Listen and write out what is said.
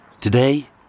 Today